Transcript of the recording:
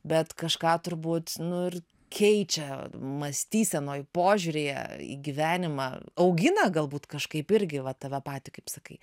bet kažką turbūt nu ir keičia mąstysenoj požiūryje į gyvenimą augina galbūt kažkaip irgi va tave patį kaip sakai